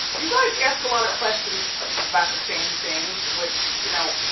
you guys ask a lot of questions about the same things, which, you know,